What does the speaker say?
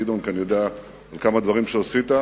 כי אני יודע על כמה דברים שעשית,